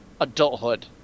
adulthood